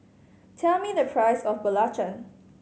tell me the price of belacan